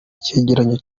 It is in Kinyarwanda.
icyegeranyo